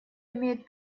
имеет